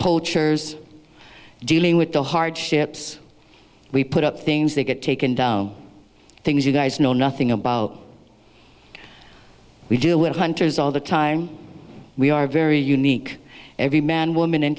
poachers dealing with the hardships we put up things that get taken down things you guys know nothing about we deal with hunters all the time we are very unique every man woman